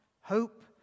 hope